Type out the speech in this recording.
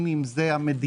בין אם זה המדינה,